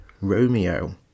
Romeo